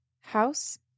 house